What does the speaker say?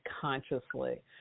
consciously